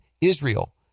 israel